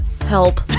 Help